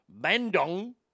Bandung